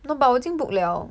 no but 我已经 book liao